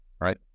Right